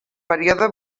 període